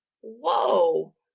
whoa